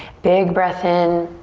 big breath in.